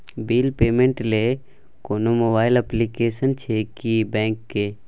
Bill payment ल कोनो mobile application छै की बैंक के?